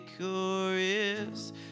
chorus